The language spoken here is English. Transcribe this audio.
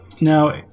Now